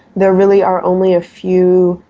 there really are only a few,